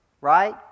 right